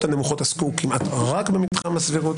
הנמוכות עסקו כמעט רק במתחם הסבירות